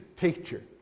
teacher